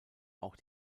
auch